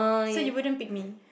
so you wouldn't pick me